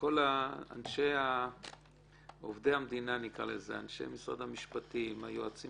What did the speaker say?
כל עובדי המדינה, אנשי משרד המשפטים, היועצים